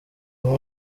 aho